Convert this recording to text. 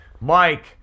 Mike